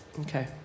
Okay